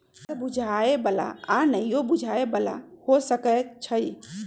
कर बुझाय बला आऽ नहियो बुझाय बला हो सकै छइ